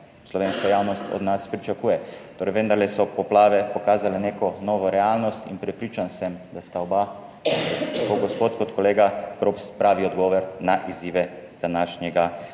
slovenska javnost od nas pričakuje. Torej, vendarle so poplave pokazale neko novo realnost in prepričan sem, da sta oba, tako gospod kot kolega Props, pravi odgovor na izzive današnjega